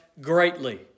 greatly